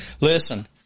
Listen